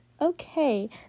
okay